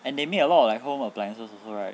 and they make a lot of like home appliances also right